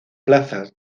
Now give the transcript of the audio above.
plazas